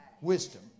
Wisdom